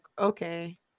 okay